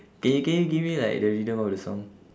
can you can you give me like the rhythm of the song